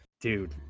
Dude